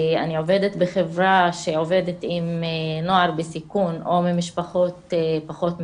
אני עובדת בחברה שעובדת עם נוער בסיכון או ממשפחות פחות מתפקדות,